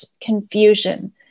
confusion